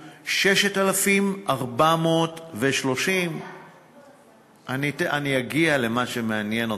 שאושרו, 6,430. אני אגיע למה שמעניין אותך.